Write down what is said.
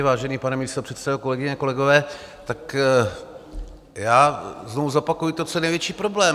Vážený pane místopředsedo, kolegyně, kolegové, znovu zopakuji to, co je největší problém.